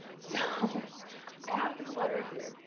so i have the letter here.